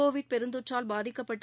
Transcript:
Covid பெருந்தொற்றால் பாதிக்கப்பட்டு